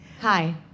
Hi